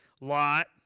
Lot